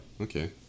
okay